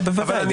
בוודאי.